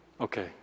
okay